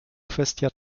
kwestia